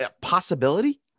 possibility